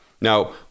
Now